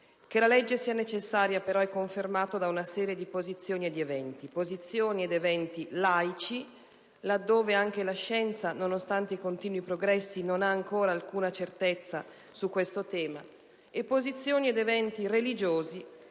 Che la legge sia necessaria, però, è confermato da una serie di posizioni e di eventi; posizioni ed eventi laici, laddove anche la scienza, nonostante i continui progressi, non ha ancora alcuna certezza su questo tema, e posizioni ed eventi religiosi